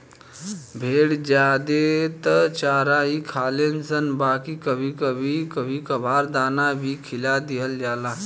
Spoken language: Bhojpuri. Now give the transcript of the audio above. भेड़ ज्यादे त चारा ही खालनशन बाकी कभी कभार दाना भी खिया दिहल जाला